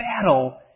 battle